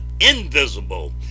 invisible